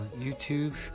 YouTube